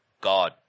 God